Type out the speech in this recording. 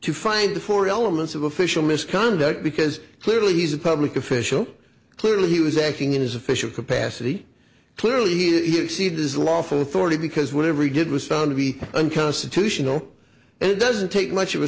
to find the four elements of official misconduct because clearly he's a public official clearly he was acting in his official capacity clearly he does lawful authority because whatever he did was found to be unconstitutional and it doesn't take much of a